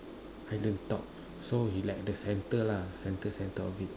island top so you like the center lah center center of it